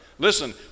Listen